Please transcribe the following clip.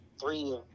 three